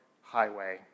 highway